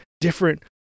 different